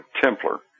Templar